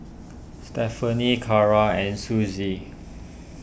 Stephani Carra and Suzy